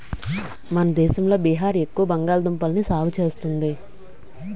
మన దేశంలో బీహార్ ఎక్కువ బంగాళదుంపల్ని సాగు చేస్తుంది